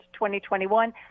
2021